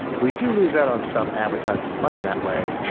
we do lose out on some advertising money that way,